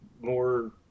more